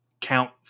count